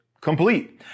complete